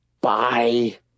bye